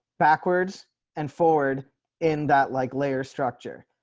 backwards and forward in that like layer structure.